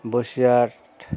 Basirhat